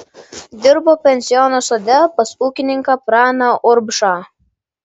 dirbo pensiono sode pas ūkininką praną urbšą